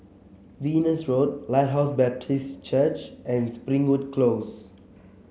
Venus Road Lighthouse Baptist Church and Springwood Close